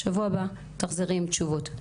בשבוע הבא תחזרי עם תשובות.